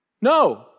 No